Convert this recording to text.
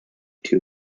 too